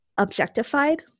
objectified